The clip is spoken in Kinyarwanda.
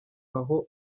aho